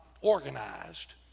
organized